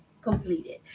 completed